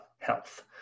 health